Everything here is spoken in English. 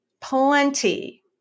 plenty